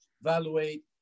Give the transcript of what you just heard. evaluate